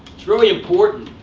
it's really important,